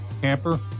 camper